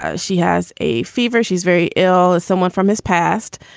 ah she has a fever. she's very ill as someone from his past.